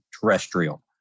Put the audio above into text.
terrestrial